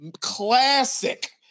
Classic